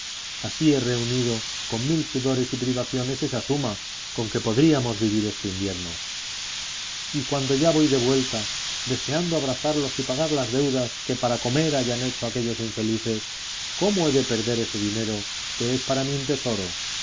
así he reunido con mil sudores y privaciones esa suma con que podríamos vivir este invierno y cuando ya voy de vuelta deseando abrazarlos y pagar las deudas que para comer hayan hecho aquellos infelices cómo he de perder ese dinero que es para mí un tesoro